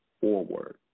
forward